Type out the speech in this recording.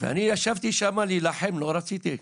אני ישבתי שם להילחם, לא רציתי,